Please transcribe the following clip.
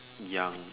young